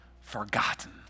forgotten